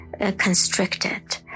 constricted